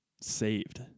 saved